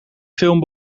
film